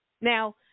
Now